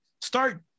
Start